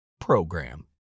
program